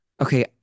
okay